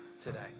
today